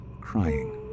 crying